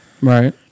right